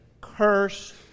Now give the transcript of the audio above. Cursed